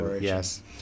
yes